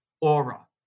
aura